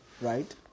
right